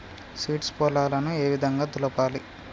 Seeds పొలాలను ఏ విధంగా దులపాలి?